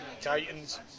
Titans